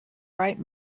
bright